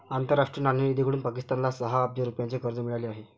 आंतरराष्ट्रीय नाणेनिधीकडून पाकिस्तानला सहा अब्ज रुपयांचे कर्ज मिळाले आहे